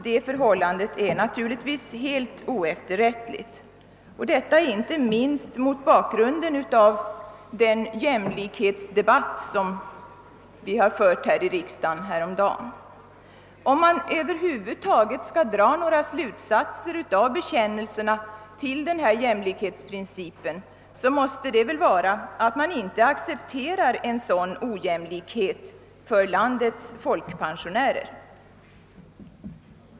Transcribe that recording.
Det förhållandet är naturligtvis helt oefterrättligt, inte minst mot bakgrunden av den jämlikhetsdebatt som fördes i riksdagen häromdagen. Om man över huvud taget skall dra några slutsatser av bekännelserna till jämlikhetsprincipen måste det väl vara, att man inte accepterar en sådan ojämlikhet för landets folkpensionärer.